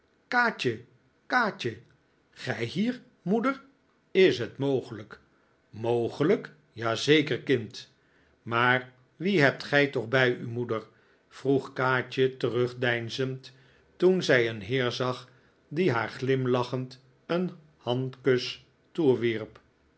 kaatje kaatje gij hier moeder is het mogelijk mogelijk ja zeker kind maar wie hebt gij toch bij u moeder vroeg kaatje terugdeinzend toen zij een heer zag die haar glimlachend een handkus toewierp